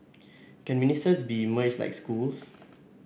can ministers be merged like schools